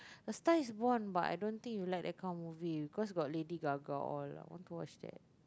A-Star-Is-Born but I don't think you like that kind of movie because got Lady-Gaga all lah I want to watch that